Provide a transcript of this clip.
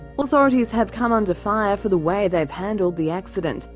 authorities have come under fire for the way they've handled the accident,